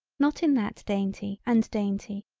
not in that dainty and dainty.